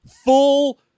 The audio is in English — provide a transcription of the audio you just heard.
full